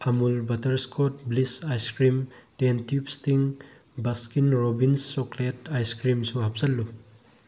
ꯑꯃꯨꯜ butterscotch bliss ice cream ten tubs ꯊꯤꯡ Baskin Robbins chocolate ꯑꯥꯏꯁꯀ꯭ꯔꯤꯝꯁꯨ ꯍꯥꯞꯆꯤꯜꯂꯨ